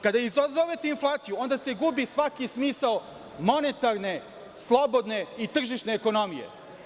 Kada izazovete inflaciju onda se gubi svaki smisao monetarne, slobodne i tržišne ekonomije.